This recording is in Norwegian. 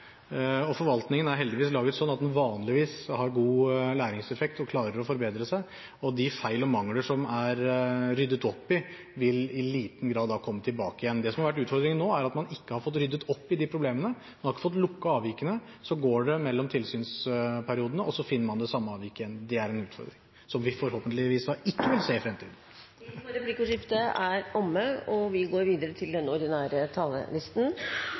igjen. Forvaltningen er heldigvis laget sånn at den vanligvis har god læringseffekt og klarer å forbedre seg, og de feil og mangler som er ryddet opp i, vil i liten grad komme tilbake igjen. Det som har vært utfordringen nå, er at man ikke har fått ryddet opp i de problemene. Man har ikke fått lukket avvikene, og så går det mellom tilsynsperiodene, og så finner man de samme avvikene igjen. Det er en utfordring som vi forhåpentligvis ikke får se i fremtiden. Replikkordskiftet er omme. Ingenting er vanskeligere enn endring. Når man skal endre seg, trenger man å ha en grunn til